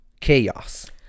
chaos